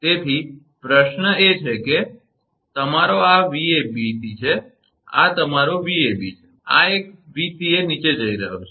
તેથી પ્રશ્નસવાલ એ છે કે અને તમારો આ તમારો 𝑉𝑏𝑐 છે આ તમારો 𝑉𝑎𝑏 છે અને આ એક 𝑉𝑐𝑎 નીચે જઈ રહયો છે